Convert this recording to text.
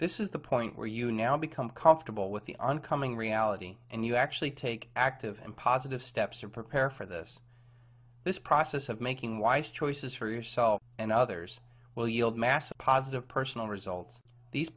this is the point where you now become comfortable with the on coming reality and you actually take active and positive steps to prepare for this this process of making wise choices for yourself and others will yield massive positive personal results these